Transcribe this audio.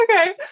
Okay